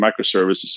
microservices